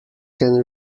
can